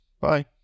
bye